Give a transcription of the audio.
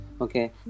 Okay